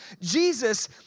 Jesus